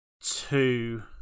two